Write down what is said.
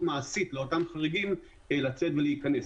מעשית של אותם חריגים לצאת ולהיכנס.